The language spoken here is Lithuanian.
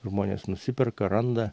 žmonės nusiperka randa